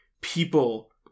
people